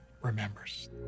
remembers